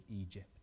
egypt